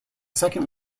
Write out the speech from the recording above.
second